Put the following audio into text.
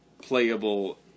playable